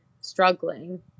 struggling